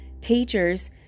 teachers